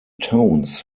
tones